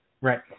Right